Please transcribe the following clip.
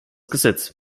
gesetz